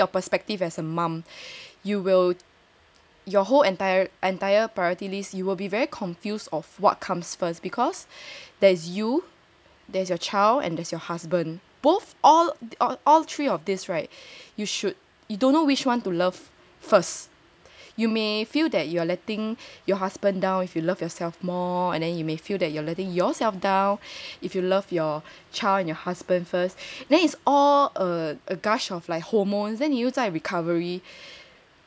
yeah especially your perspective as a mum you will your whole entire entire priority list you will be very confused of what comes first because there is you there's your child and there's your husband both all all all three of this right you should you don't know which one to love first you may feel that you are letting your husband down if you love yourself more and then you may feel that you are letting yourself down if you love your child and your husband first then it's all err a gush of like hormones then 你又在 recovery